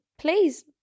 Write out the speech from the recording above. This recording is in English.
please